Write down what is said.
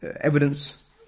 evidence